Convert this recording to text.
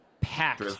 packed